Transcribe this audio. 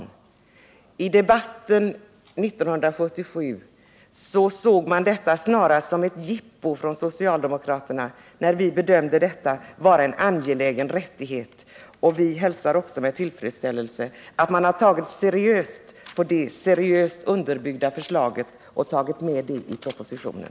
När socialdemokraterna i debatten 1977 förde fram kravet på detta, som vi bedömde vara en angelägen rättighet, såg man det närmast som ett jippo från vår sida. Vi hälsar med tillfredsställelse att utskottet nu har tagit seriöst på detta seriöst underbyggda förslag och tagit med det i propositionen.